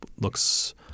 looks